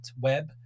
web